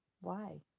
Why